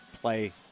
play